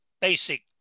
basic